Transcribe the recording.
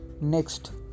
Next